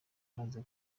yamaze